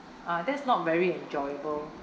uh that's not very enjoyable